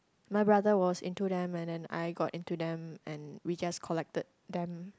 my brother was into them and then I got into them and we just collected them